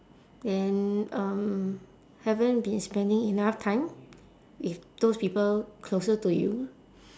then um haven't been spending enough time with those people closer to you